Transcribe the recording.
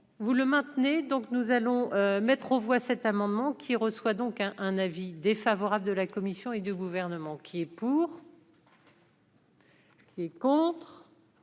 vous le maintenez donc nous allons mettre aux voix, cet amendement, qui reçoit donc un un avis défavorable de la Commission et du gouvernement qui est pour. Ces contres.